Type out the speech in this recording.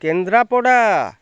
Kendrapara